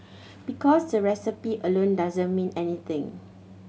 because the recipe alone doesn't mean anything